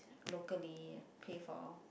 locally pay for